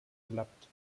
gelappt